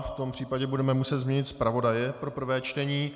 V tom případě budeme muset změnit zpravodaje pro prvé čtení.